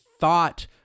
thought